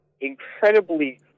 incredibly